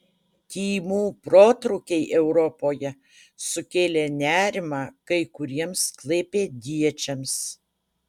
tymų protrūkiai europoje sukėlė nerimą kai kuriems klaipėdiečiams